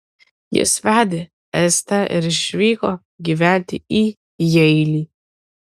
jis vedė estę ir išvyko gyventi į jeilį